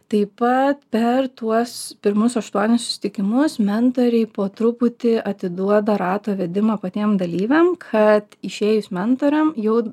taip pat per tuos pirmus aštuonis susitikimus mentoriai po truputį atiduoda rato vedimą patiem dalyviam kad išėjus mentoriam jau